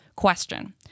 Question